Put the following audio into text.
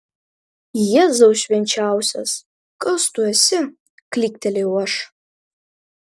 jėzau švenčiausias kas tu esi klyktelėjau aš